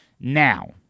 Now